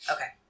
Okay